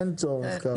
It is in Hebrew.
אין צורך כרגע.